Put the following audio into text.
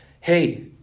hey